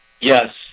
Yes